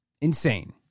Insane